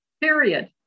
Period